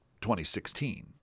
2016